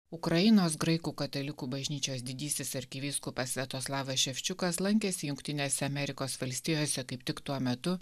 ukrainos graikų katalikų bažnyčios didysis arkivyskupas sviatoslavas ševčiukas lankėsi jungtinėse amerikos valstijose kaip tik tuo metu